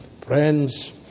Friends